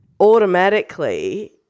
automatically